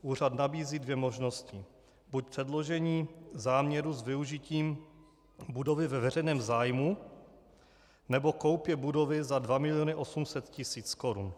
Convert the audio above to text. Úřad nabízí dvě možnosti buď předložení záměru s využitím budovy ve veřejném zájmu, nebo koupě budovy za 2,8 mil. korun.